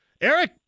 Eric